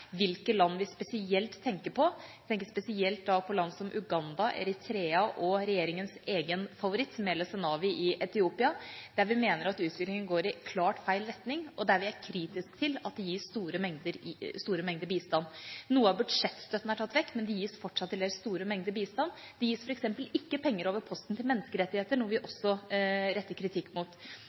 hvilke land vi spesielt tenker på. Vi tenker spesielt på land som Uganda, Eritrea og, regjeringens egen favoritt, Meles Zenawi i Etiopia, der vi mener at utviklingen klart går i feil retning, og der vi er kritiske til at det gis store mengder bistand. Noe av budsjettstøtten er tatt vekk, men det gis fortsatt til dels store mengder bistand. Det gis f.eks. ikke penger over posten til menneskerettigheter, noe vi også retter kritikk mot.